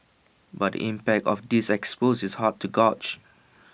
but impact of this expose is hard to gauge